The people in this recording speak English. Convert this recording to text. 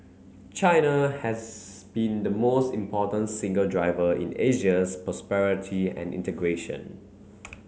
China has been the most important single driver in Asia's prosperity and integration